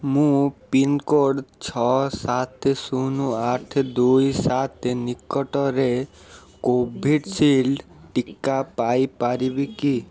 ମୁଁ ପିନ୍କୋଡ଼୍ ଛଅ ସାତ ଶୂନ ଆଠ ଦୁଇ ସାତ ନିକଟରେ କୋଭିସୀଲଡ଼୍ ଟିକା ପାଇପାରିବି କି